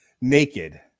naked